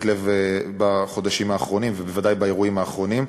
לב בחודשים האחרונים ובוודאי באירועים האחרונים.